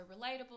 relatable